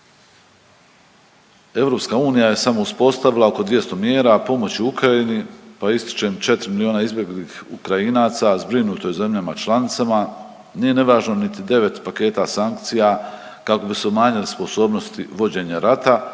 EU je samo uspostavila oko 200 mjera pomoći Ukrajini, pa ističem 4 miliona izbjeglih Ukrajinaca zbrinuto je u zemljama članicama, nije nevažno niti 9 paketa sankcija kako bi se umanjile sposobnosti vođenja rata